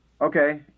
Okay